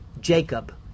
Jacob